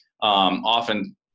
often